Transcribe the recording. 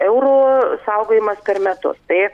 eurų saugojimas per metus tai